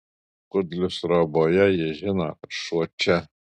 kudlius troboje jie žino kad šuo čia